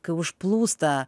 kai užplūsta